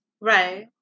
Right